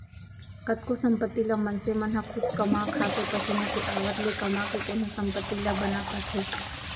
कतको संपत्ति ल मनसे मन ह खुद कमा खाके पसीना के आवत ले कमा के कोनो संपत्ति ला बना पाथे